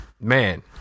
Man